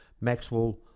Maxwell